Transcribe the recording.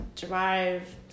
Drive